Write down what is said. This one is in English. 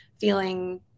feeling